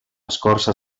escorça